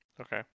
Okay